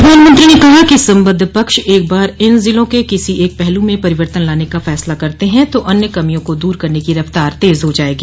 प्रधानमंत्री ने कहा कि सम्बद्ध पक्ष एक बार इन जिलों के किसी एक पहलू में परिवर्तन लाने का फैसला करते हैं तो अन्य कमियों को दूर करने की रफ्तार तेज हो जाएगी